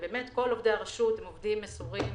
כל עובדי הרשות הם מסורים,